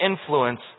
influence